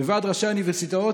בוועד ראשי האוניברסיטאות.